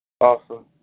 Awesome